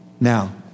Now